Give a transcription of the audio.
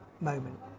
moment